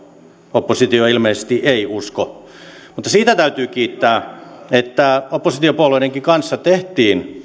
oppositio ilmeisesti ei usko mutta siitä täytyy kiittää että oppositiopuolueidenkin kanssa tehtiin